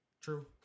True